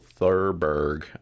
Thurberg